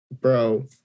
bro